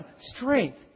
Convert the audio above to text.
strength